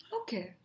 Okay